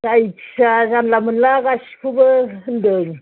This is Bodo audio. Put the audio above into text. जायखिजाया जानला मोनला गासिखौबो होनदों